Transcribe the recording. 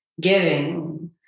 giving